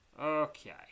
Okay